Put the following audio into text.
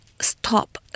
stop